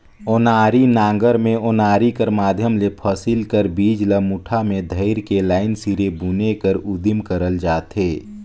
ओनारी नांगर मे ओनारी कर माध्यम ले फसिल कर बीज मन ल मुठा मे धइर के लाईन सिरे बुने कर उदिम करल जाथे